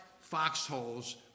foxholes